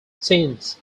since